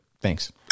Thanks